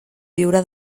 viure